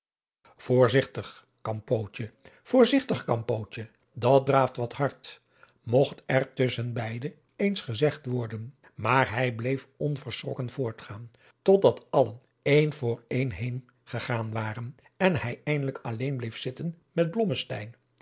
voorzigtig campootje voorzigtig campootje dat draaft wat hard mogt er tusschen beide eens gezegd worden maar hij bleef onverschrokken voortgaan tot dat allen een voor een heen gegaan waren en hij eindelijk alleen bleef zitten met